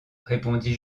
répondit